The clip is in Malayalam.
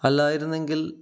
അല്ലായിരുന്നെങ്കിൽ